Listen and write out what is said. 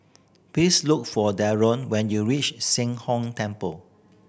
please look for Darold when you reach Sheng Hong Temple